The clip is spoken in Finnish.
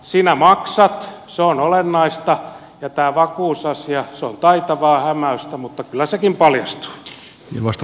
sinä maksat se on olennaista ja tämä vakuusasia on taitavaa hämäystä mutta kyllä sekin paljastuu